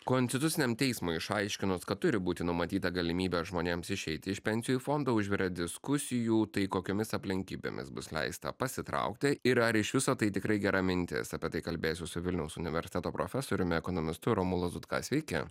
konstituciniam teismui išaiškinus kad turi būti numatyta galimybė žmonėms išeiti iš pensijų fondo užvirė diskusijų tai kokiomis aplinkybėmis bus leista pasitraukti ir ar iš viso tai tikrai gera mintis apie tai kalbėsiuos su vilniaus universiteto profesoriumi ekonomistu romu lazutka sveiki